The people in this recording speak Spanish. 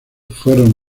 fueron